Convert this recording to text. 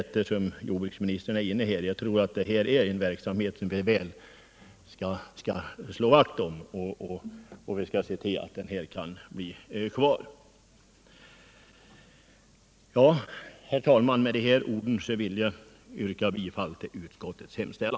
Eftersom jordbruksministern är inne i kammaren vill jag gärna säga att detta är en verksamhet som vi bör slå vakt om och se till att den blir kvar. Herr talman! Med dessa ord ber jag att få yrka bifall till vad utskottet hemställt.